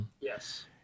Yes